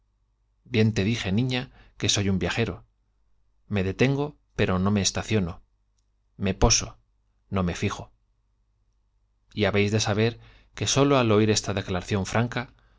bien te disculpa dije niña que soy un viajero me detengo pero no me estaciono me poso no me fijo y habéis de saber que sólo al oir esta declaración franca